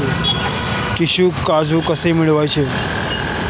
कृषी कर्ज कसे मिळवायचे?